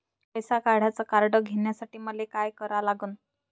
पैसा काढ्याचं कार्ड घेण्यासाठी मले काय करा लागन?